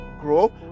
grow